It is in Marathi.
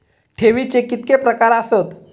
ठेवीचे कितके प्रकार आसत?